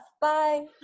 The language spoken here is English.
Bye